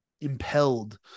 impelled